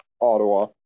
Ottawa